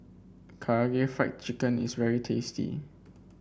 Karaage Fried Chicken is very tasty